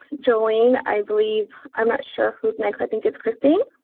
jolene, i believe, i'm not sure who's next. i think it's kristine?